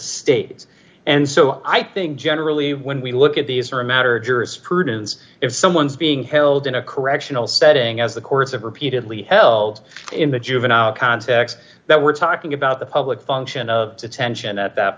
state and so i think generally when we look at these are a matter of jurisprudence if someone's being held in a correctional setting as the courts have repeatedly held in the juvenile context that we're talking about the public function of attention at that